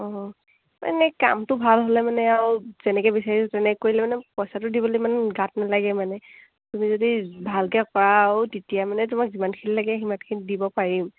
অঁ মানে কামটো ভাল হ'লে মানে আৰু যেনেকৈ বিচাৰিছোঁ তেনেকৈ কৰিলে মানে পইচাটো দিবলৈ ইমান গাত নালাগে মানে তুমি যদি ভালকৈ কৰা আৰু তেতিয়া মানে তোমাক যিমানখিনি লাগে সিমানখিনি দিব পাৰিম